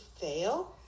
fail